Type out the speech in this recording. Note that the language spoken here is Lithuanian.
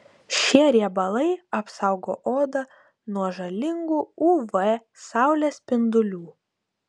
šie riebalai apsaugo odą nuo žalingų uv saulės spindulių